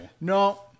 No